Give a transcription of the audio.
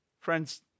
Friends